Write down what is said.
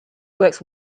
works